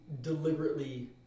deliberately